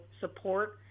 support